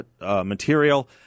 material